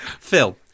Phil